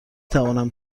توانم